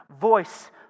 voice